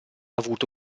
avuto